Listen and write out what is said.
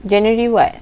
january what